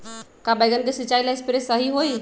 का बैगन के सिचाई ला सप्रे सही होई?